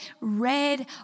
red